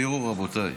תראו, רבותיי,